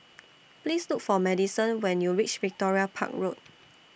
Please Look For Maddison when YOU REACH Victoria Park Road